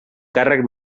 càrrec